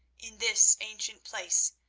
in this ancient place,